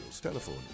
Telephone